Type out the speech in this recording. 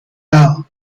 lado